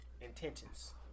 intentions